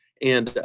and